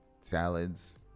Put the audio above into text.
salads